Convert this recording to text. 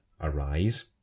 arise